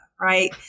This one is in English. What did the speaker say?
right